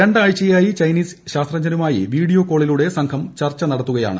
രണ്ടാഴ്ചയായി ചൈനീസ് ശാസ്ത്രജ്ഞരുമായി വീഡിയോ കോളിലൂടെ സംഘം ചർച്ച നടത്തുകയാണ്